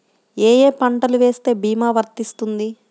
ఏ ఏ పంటలు వేస్తే భీమా వర్తిస్తుంది?